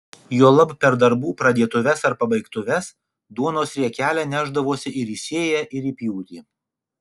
juolab per darbų pradėtuves ar pabaigtuves duonos riekelę nešdavosi ir į sėją ir į pjūtį